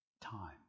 time